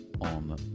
on